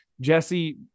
Jesse